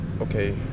okay